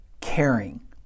caring